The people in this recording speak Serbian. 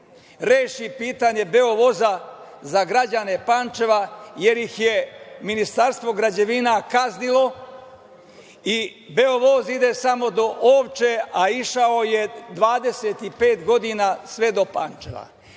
reši pitanje „Beovoza“, za građane Pančeva, jer ih je Ministarstvo građevinarstva kaznio i „Beovoz“ ide samo do Ovče, a išao je 25 godina sve do Pančeva.